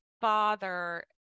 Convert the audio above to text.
father